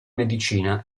medicina